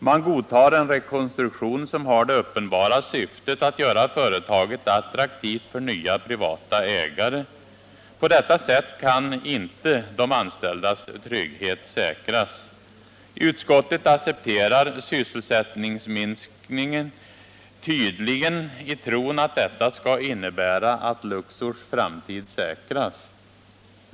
Man godtar en rekonstruktion som har det uppenbara syftet att göra företaget attraktivt för nya privata ägare. På detta sätt kan inte de anställdas trygghet säkras. Utskottet accepterar sysselsättningsminskning, tydligen i tron att detta skall innebära att Luxors framtid säkras.